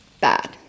bad